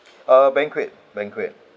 uh banquet banquet